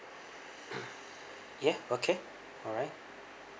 yeah okay alright